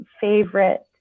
favorite